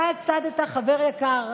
אתה הפסדת חבר יקר,